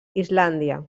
islàndia